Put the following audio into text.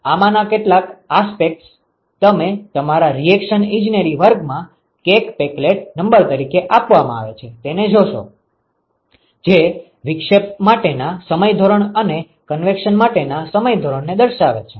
આમાંના કેટલાક આસ્પેક્ટ્સ તમે તમારા રીએક્શન ઇજનેરી વર્ગમાં કૈક પેકલેટ નંબર તરીકે ઓળખવામાં આવે છે તેને જોશો જે વિક્ષેપ માટેના સમય ધોરણ અને કન્વેક્શન માટેના સમય ધોરણને દર્શાવે છે